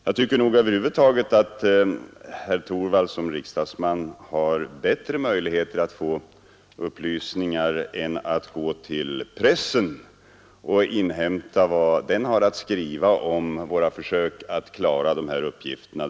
Jag tycker faktiskt att herr Torwald som riksdagsman har bättre möjligheter att få upplysningar än att gå till pressen och inhämta vad den har att skriva om våra försök att klara de här uppgifterna.